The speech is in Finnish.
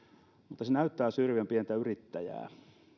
mutta se näyttää syrjivän pientä yrittäjää